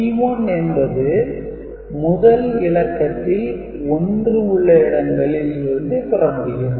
P1 என்பது முதல் இலக்கத்தில் 1 உள்ள இடங்களில் இருந்து பெற முடியும்